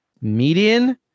Median